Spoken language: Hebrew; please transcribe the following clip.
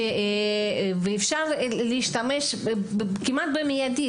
שאפשר להשתמש בה כמעט מידית.